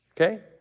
Okay